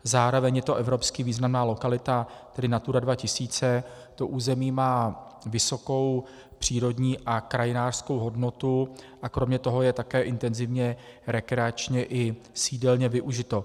Zároveň je to evropsky významná lokalita Natura 2000, to území má vysokou přírodní a krajinářskou hodnotu a kromě toho je také intenzivně rekreačně i sídelně využito.